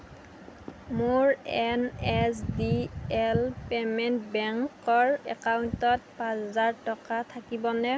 মোৰ N S D L payment বেংকৰ একাউণ্টত পাঁচ হাজাৰ টকা থাকিবনে